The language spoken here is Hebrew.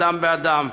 אדם באדם.